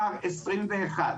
לגלנט,